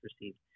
received